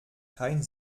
kein